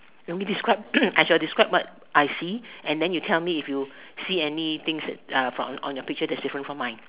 I shall describe what I see and then you tell me if you see anything from your picture that is different from mine